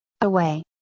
Away